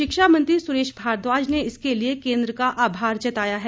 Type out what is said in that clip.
शिक्षा मंत्री सुरेश भारद्वाज ने इसके लिए केंद्र का आभार जताया है